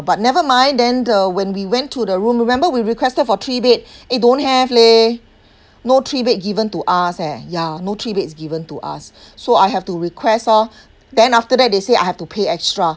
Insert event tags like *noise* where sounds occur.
but never mind then the when we went to the room remember we requested for three bed *breath* eh don't have leh no three bed given to us eh ya no three bed is given to us *breath* so I have to request lor then after that they say I have to pay extra